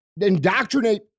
indoctrinate